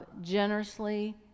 generously